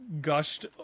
gushed